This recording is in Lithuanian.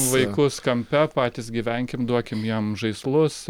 vaikus kampe patys gyvenkim duokim jiem žaislus